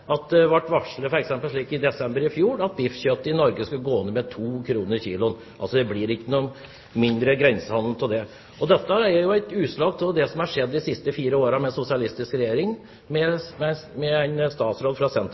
at det, f.eks. i desember i fjor, ble varslet at biffkjøttet i Norge skulle gå ned med 2 kr kiloen. Det blir ikke mindre grensehandel av dette. Dette er jo et utslag av det som har skjedd de siste fire årene med en sosialistisk regjering og med en statsråd fra